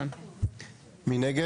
מי נגד?